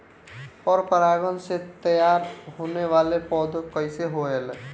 पर परागण से तेयार होने वले पौधे कइसे होएल?